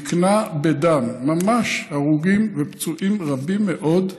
נקנה בדם, ממש, הרוגים ופצועים רבים מאוד.